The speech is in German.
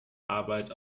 arbeit